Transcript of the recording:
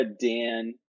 Dan